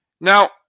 Now